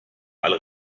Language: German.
alle